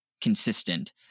consistent